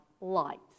lights